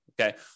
Okay